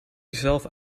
jezelf